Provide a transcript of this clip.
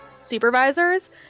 supervisors